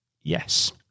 yes